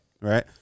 Right